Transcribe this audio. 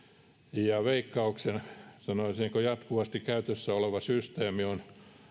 ja veikkauksen sanoisinko jatkuvasti käytössä oleva systeemi on